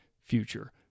future